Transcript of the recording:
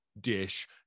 dish